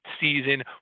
season